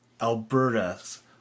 Alberta's